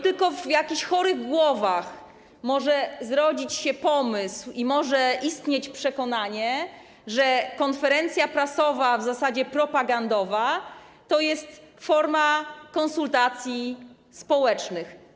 Tylko w jakichś chorych głowach może zrodzić się pomysł, może istnieć przekonanie, że konferencja prasowa, a w zasadzie propagandowa, jest formą konsultacji społecznych.